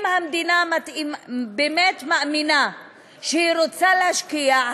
אם המדינה מאמינה שהיא רוצה להשקיע,